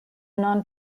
non